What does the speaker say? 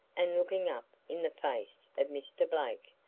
and looking up in the face of mr. blake,